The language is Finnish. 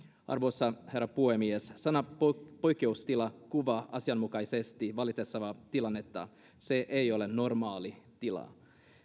arvoisa herra puhemies sana poikkeustila kuvaa asianmukaisesti vallitsevaa tilannetta se ei ole normaali tila